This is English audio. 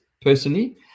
personally